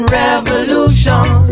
revolution